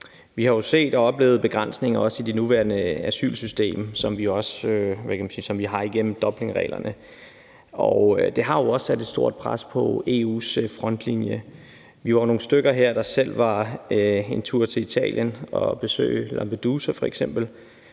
Vi har jo set og oplevet begrænsninger i det nuværende asylsystem, som vi har igennem Dublinreglerne, og det har jo sat et stort pres på EU's frontlinje. Vi var nogle stykker her, der selv var en tur i Italien at besøge Lampedusa, hvor vi bl.a.